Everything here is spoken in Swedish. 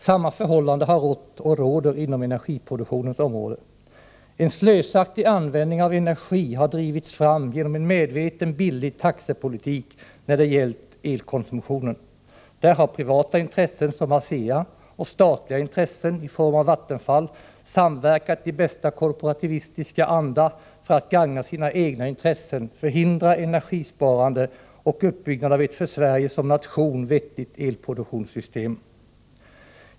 Samma förhållande har rått, och råder, inom energiproduktionens område. En slösaktig användning av energi har drivits fram genom en medvetet billig taxepolitik när det gällt elkonsumtionen. Där har privata intressen, såsom ASEA, och statliga intressen, Vattenfall, samverkat i bästa korporativistiska anda för att gagna sina egna intressen och för att förhindra energisparande och uppbyggnad av ett för Sverige som nation vettigt elproduktionssystem.